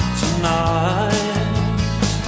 tonight